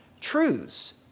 truths